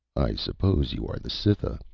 i suppose you are the cytha.